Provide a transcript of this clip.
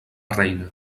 reina